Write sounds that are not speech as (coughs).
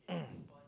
(coughs)